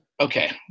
Okay